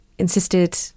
insisted